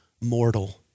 mortal